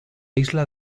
isla